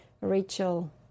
Rachel